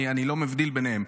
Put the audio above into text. אני לא מבדיל ביניהם,